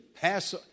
pass